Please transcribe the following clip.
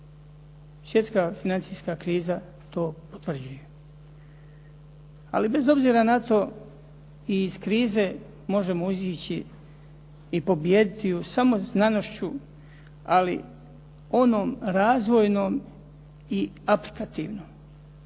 Svjetska financijska kriza to potvrđuje. Ali bez obzira na to i iz krize možemo izaći i pobijediti ju samo znanošću, ali onom razvojnom i aplikativnom.